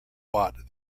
bought